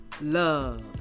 love